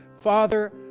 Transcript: Father